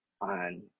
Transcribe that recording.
on